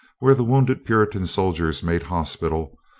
where the wounded puritan soldiers made hospital,